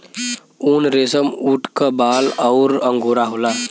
उनरेसमऊट क बाल अउर अंगोरा होला